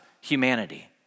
humanity